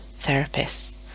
therapists